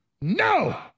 No